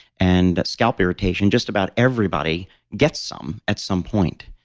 and scalp irritation, just about everybody gets some at some point.